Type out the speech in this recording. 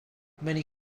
many